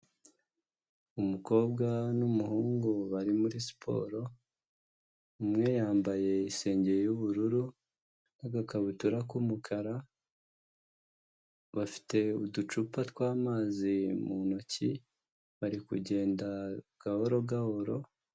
Umukobwa n'umuhungu bari muri siporo, umwe yambaye isengeri y'ubururu, agakabutura k'umukara ,bafite uducupa tw'amazi mu ntoki bari kugenda gahoro gahoro.